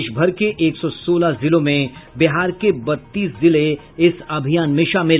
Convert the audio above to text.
देशभर के एक सौ सोलह जिलों में बिहार के बत्तीस जिले इस अभियान में शामिल